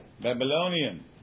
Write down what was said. Babylonian